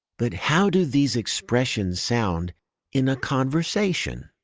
but how do these expressions sound in a conversation?